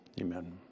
amen